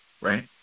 right